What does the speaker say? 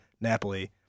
Napoli